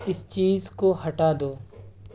اس چیز کو ہٹا دو